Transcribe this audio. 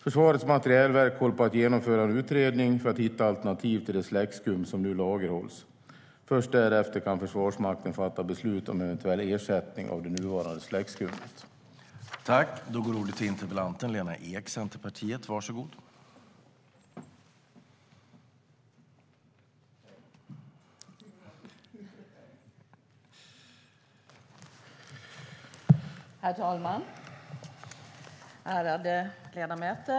Försvarets materielverk håller på att genomföra en utredning för att hitta alternativ till det släckskum som nu lagerhålls. Först därefter kan Försvarsmakten fatta beslut om en eventuell ersättning av det nuvarande släckskummet.